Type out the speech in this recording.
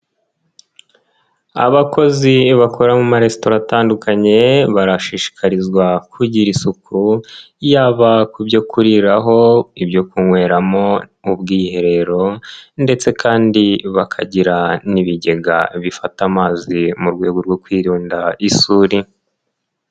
Abakozi bakora mu maresitora atandukanye barashishikarizwa kugira isuku yaba kubyo kuriraho, ibyo kunyweramo, mu bwiherero ndetse kandi bakagira n'ibigega bifata amazi mu rwego rwo kwirinda isuri.